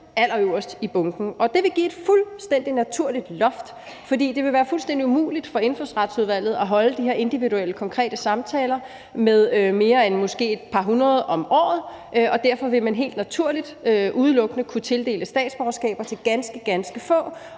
allerøverst i bunken. Det vil give et fuldstændig naturligt loft, for det vil være fuldstændig umuligt for Indfødsretsudvalget at holde de her individuelle konkrete samtaler med mere end måske et par hundrede om året, og derfor vil man helt naturligt udelukkende kunne tildele statsborgerskaber til ganske, ganske få.